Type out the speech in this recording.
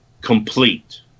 complete